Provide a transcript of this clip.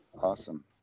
Awesome